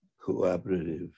cooperative